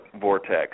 vortex